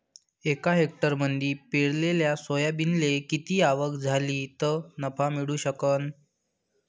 एका हेक्टरमंदी पेरलेल्या सोयाबीनले किती आवक झाली तं नफा मिळू शकन?